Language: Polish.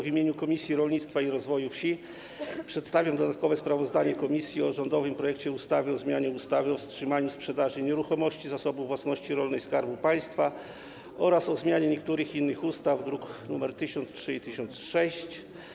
W imieniu Komisji Rolnictwa i Rozwoju Wsi przedstawiam dodatkowe sprawozdanie o rządowym projekcie ustawy o zmianie ustawy o wstrzymaniu sprzedaży nieruchomości Zasobu Własności Rolnej Skarbu Państwa oraz o zmianie niektórych ustaw, druki nr 1003 i 1006.